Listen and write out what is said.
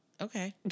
Okay